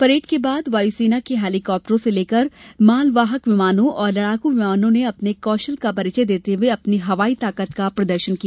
parade के बाद वायु सेना के हेलिकॉप्टरों से लेकर मालवाहक विमानों और लड़ाकू विमानों ने अपने कौशल का परिचय देते हुए अपनी हवाई ताकत का प्रदर्शन किया